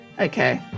Okay